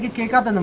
yeah pickup and